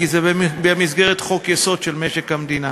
כי זה במסגרת חוק-יסוד: משק המדינה.